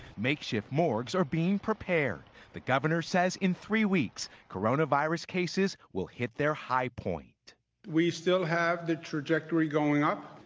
makeshift morgues are being prepared the governor says in three weeks, coronavirus cases will hit their high point we still have the trajectory going up.